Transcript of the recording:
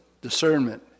discernment